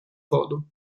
воду